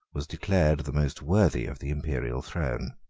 was declared the most worthy of the imperial throne.